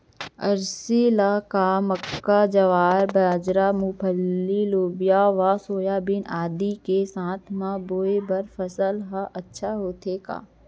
अलसी ल का मक्का, ज्वार, बाजरा, मूंगफली, लोबिया व सोयाबीन आदि के साथ म बोये बर सफल ह अच्छा होथे का?